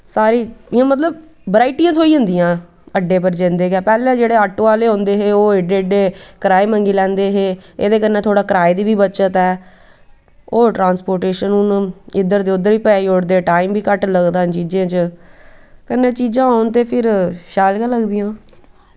सारी इ'यां मतलब बराइटियां थ्होई जंदियां अड्डे पर जंदे गै पैह्लें जेह्ड़े आटो आह्ले होंदे हे ओह् एड्डे एड्डे कराए मंगी लैंदे हे एह्दे कन्नेै थोह्ड़ा कराए दी बी बच्चत ऐ होर ट्रांस्पोटेशन हून इद्धर दे उद्धर बी पजाई ओड़दे टैम बी घट्ट लगदा इ'नें चीजे च कन्नै चीजां होन ते फिर शैल गै लगदियां